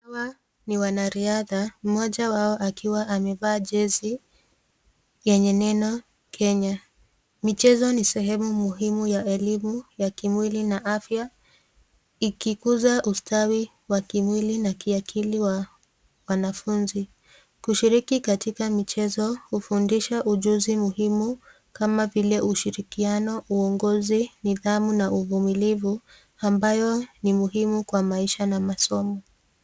Hawa ni wanariadha, mmoja wao akiwa amevaa jezi yenye neno 'Kenya'.Michezo ni sehemu muhimu ya elimu ya kimwili na afya, ikikuza ustawi wa kimwili na kiakili wa wanafunzi. Kushiriki katika michezo hufundisha ujuzi muhimu kama vile ushirikiano , uongozi ,nidhamu na uvumilivu ambayo ni muhimu kwa maisha na masomo.